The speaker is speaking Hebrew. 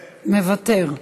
מוותר.